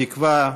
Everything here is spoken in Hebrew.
בתקווה,